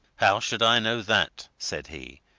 how should i know that? said he.